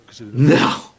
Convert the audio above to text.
No